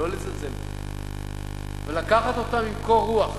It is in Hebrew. לא לזלזל בזה, ולקחת אותם בקור רוח,